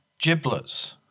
Giblets